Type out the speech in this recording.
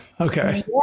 Okay